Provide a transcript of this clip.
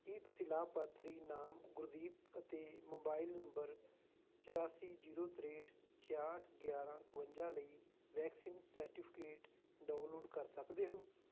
ਕੀ ਤੁਸੀਂ ਲਾਭਪਾਤਰੀ ਨਾਮ ਗੁਰਦੀਪ ਅਤੇ ਮੋਬਾਈਲ ਨੰਬਰ ਚੁਰਾਸੀ ਜੀਰੋ ਤ੍ਰੇਹਠ ਛਿਆਹਠ ਗਿਆਰਾਂ ਇੱਕਵੰਜਾ ਲਈ ਵੈਕਸੀਨ ਸਰਟੀਫਿਕੇਟ ਡਾਊਨਲੋਡ ਕਰ ਸਕਦੇ ਹੋ